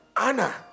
Anna